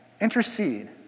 Intercede